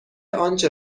آنچه